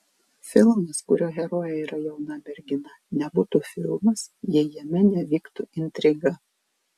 filmas kurio herojė yra jauna mergina nebūtų filmas jei jame nevyktų intriga